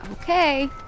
Okay